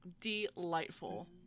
Delightful